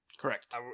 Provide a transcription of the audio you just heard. Correct